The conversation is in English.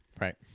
Right